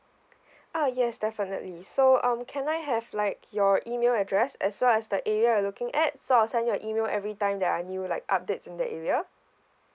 ah yes definitely so um can I have like your email address as well as the area you're looking at so I'll send your an email every time that I knew like updates in that area